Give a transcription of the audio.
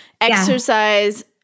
exercise